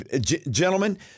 gentlemen